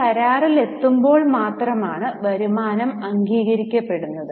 ഒരു കരാറിലെത്തുമ്പോൾ മാത്രമാണ് വരുമാനം അംഗീകരിക്കപ്പെടുന്നത്